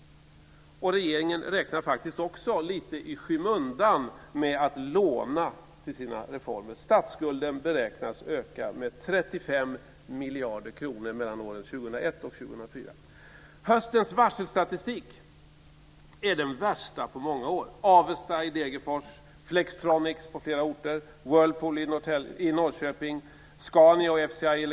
Regeringen räknar faktiskt också, lite i skymundan, med att låna till sina reformer. Statsskulden beräknas öka med Höstens varselstatistik är den värsta på många år.